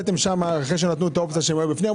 אחרי שנתנו את האופציה שהיו בפנים,